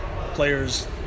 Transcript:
players